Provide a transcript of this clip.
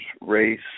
race